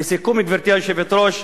לסיכום, גברתי היושבת-ראש,